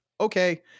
okay